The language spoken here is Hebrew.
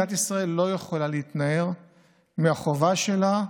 מדינת ישראל לא יכולה להתנער מהחובה שלה,